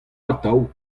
atav